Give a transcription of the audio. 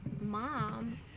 mom